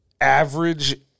average